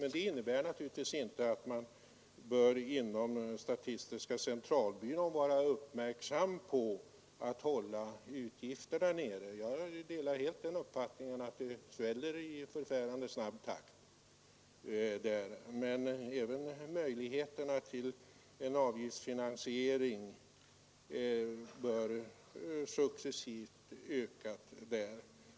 Men det innebär naturligtvis inte att statistiska centralbyrån inte bör vara uppmärksam på vikten av att hålla utgifterna nere. Jag delar helt uppfattningen att kostnaderna sväller i förfärande snabb takt och att möjligheterna till en avgiftsfinansiering bör successivt tillvaratas.